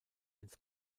ins